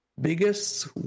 biggest